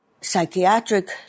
psychiatric